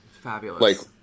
Fabulous